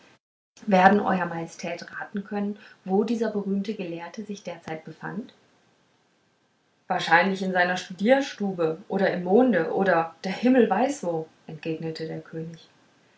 werden euer majestät raten können wo dieser berühmte gelehrte sich derzeit befand wahrscheinlich in seiner studierstube oder im monde oder der himmel weiß wo entgegnete der könig